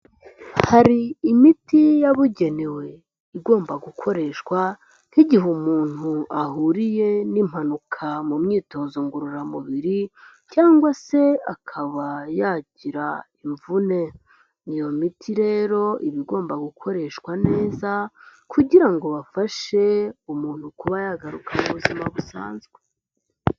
Hari imiti yabugenewe, igomba gukoreshwa nk'igihe umuntu ahuriye n'impanuka mu myitozo ngororamubiri cyangwa se akaba yagira imvune. Iyo miti rero, iba igomba gukoreshwa neza kugira ngo bafashe umuntu kuba yagaruka mu buzima busanzwe.